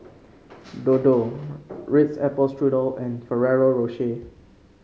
Dodo Ritz Apple Strudel and Ferrero Rocher